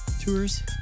tours